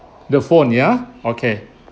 the phone ya okay